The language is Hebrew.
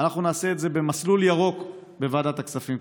אנחנו נעשה את זה במסלול ירוק בוועדת הכספים,